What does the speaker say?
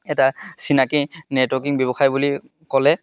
এটা চিনাকি নেটৱৰ্কিং ব্যৱসায় বুলি ক'লে